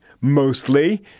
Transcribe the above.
mostly